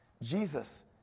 Jesus